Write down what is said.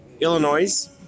Illinois